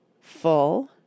Full